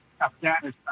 Afghanistan